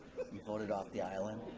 you voted off the island?